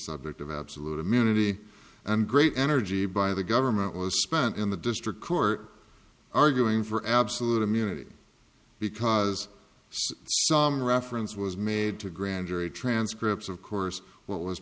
subject of absolute immunity and great energy by the government was spent in the district court arguing for absolute immunity because some reference was made to grand jury transcripts of course what was